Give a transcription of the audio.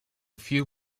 few